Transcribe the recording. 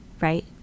right